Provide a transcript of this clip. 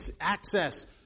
access